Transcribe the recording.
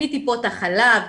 מטיפות החלב,